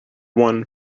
one